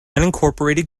unincorporated